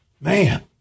Man